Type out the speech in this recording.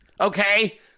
okay